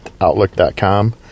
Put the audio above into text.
outlook.com